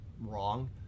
wrong